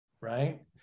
right